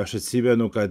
aš atsimenu kad